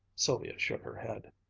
sylvia shook her head.